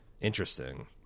Interesting